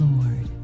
Lord